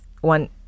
one